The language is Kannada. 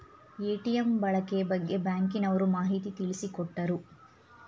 ಎ.ಟಿ.ಎಂ ಬಳಕೆ ಬಗ್ಗೆ ಬ್ಯಾಂಕಿನವರು ಮಾಹಿತಿ ತಿಳಿಸಿಕೊಟ್ಟರು